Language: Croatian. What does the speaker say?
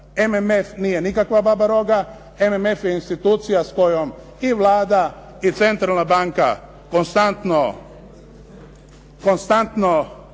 MMF nije nikakva babaroga, MMF je institucija s kojom i Vlada i centralna banka konstantno i